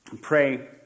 Pray